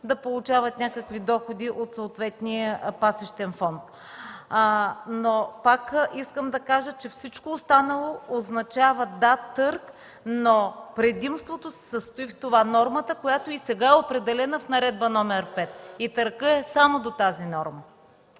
да получават някакви доходи от съответния пасищен фонд. Но пак искам да кажа, че всичко останало означава търг, но предимството се състои в това: нормата, която и сега е определена в Наредба № 5. И търгът е само до тази норма.